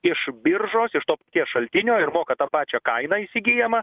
iš biržos iš to paties šaltinio ir moka tą pačią kainą įsigyjamą